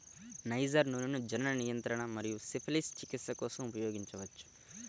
niger నూనెను జనన నియంత్రణ మరియు సిఫిలిస్ చికిత్స కోసం ఉపయోగించవచ్చు